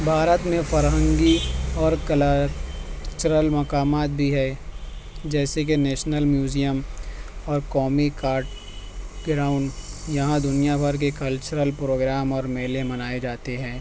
بھارت میں فرہنگی اور کلچرل مقامات بھی ہے جیسے کہ نیشنل میوزیم اور قومی کارٹ گراؤنڈ یہاں دنیا بھر کے کلچرل پروگرام اور میلے منائے جاتے ہیں